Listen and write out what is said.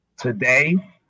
today